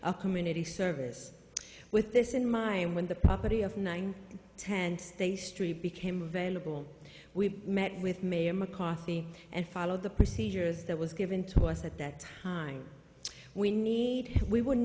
a community service with this in mind when the property of nine tenth's they street became available we met with mayor mccarthy and followed the procedures that was given to us at that time we need we would